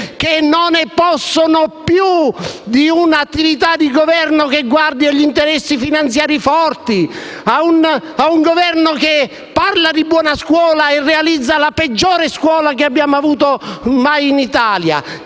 che non ne possono più di un'attività di Governo che guardi agli interessi finanziari forti, un Governo che parla di buona scuola e realizza la peggiore scuola mai avuta in Italia,